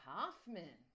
Hoffman